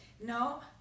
No